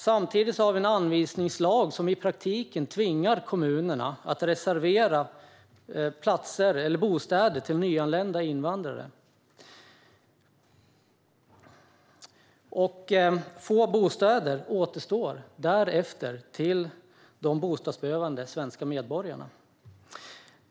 Samtidigt har vi en anvisningslag som i praktiken tvingar kommunerna att reservera bostäder för nyanlända invandrare. Få bostäder återstår därefter för de bostadsbehövande svenska medborgarna.